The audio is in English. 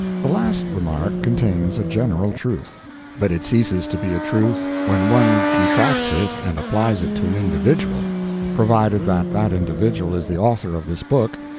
the last remark contains a general truth but it ceases to be a truth when one contracts it and applies it to an individual provided that that individual is the author of this book,